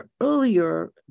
earlier